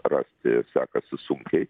rasti sekasi sunkiai